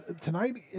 tonight